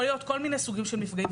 יכול להיות כל מיני סוגים של מפגעים.